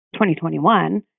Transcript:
2021